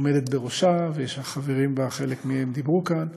עומדת בראשה, והחברים בה, חלקם דיברו כאן.